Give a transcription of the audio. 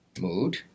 mood